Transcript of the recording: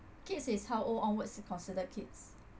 kids is how old onwards considered kids